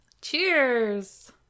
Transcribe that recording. Cheers